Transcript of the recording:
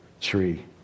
tree